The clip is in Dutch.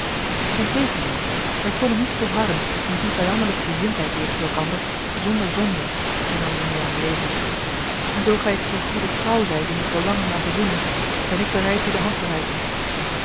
integendeel wij konnen niet volharden in die vijandelijke gezindheid jegens elkander zonder zonde hernam juliaan levendig en zoo gij ter goeder trouw zijt in uw verlangen naar verzoening ben ik bereid u de hand te reiken